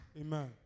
Amen